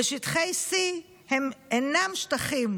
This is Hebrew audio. ושטחי C הם אינם שטחים